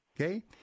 okay